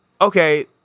okay